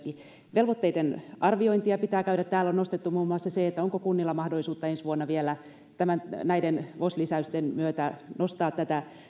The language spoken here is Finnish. velvoitteiden arviointia pitää käydä täällä on nostettu muun muassa se onko kunnilla mahdollisuutta ensi vuonna vielä näiden vos lisäysten myötä nostaa tätä